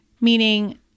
meaning